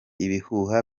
ibihuha